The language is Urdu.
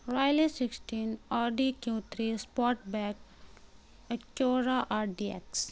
Rilee sixteen Audi Q three Sportback Acura R D x